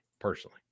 personally